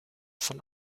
von